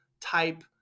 type